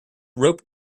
rope